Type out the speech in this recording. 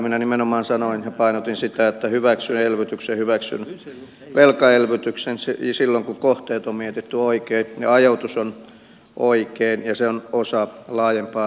minä nimenomaan sanoin ja painotin sitä että hyväksyn elvytyksen hyväksyn velkaelvytyksen silloin kun kohteet on mietitty oikein ja ajoitus on oikein ja se on osa laajempaa talouskokonaisuutta